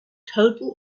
total